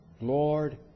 Lord